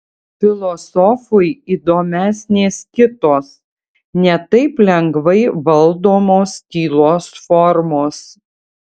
filosofui įdomesnės kitos ne taip lengvai valdomos tylos formos